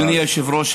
אדוני היושב-ראש,